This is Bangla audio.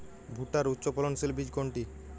ভূট্টার উচ্চফলনশীল বীজ কোনটি?